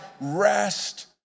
rest